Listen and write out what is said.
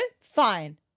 fine